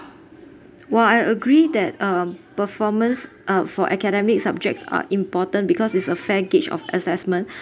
while I agree that um performance uh for academic subjects are important because it's a fair gauge of assessment